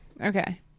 Okay